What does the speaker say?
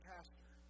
Pastor